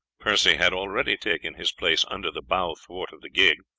percy had already taken his place under the bow thwart of the gig.